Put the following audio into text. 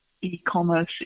e-commerce